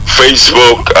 facebook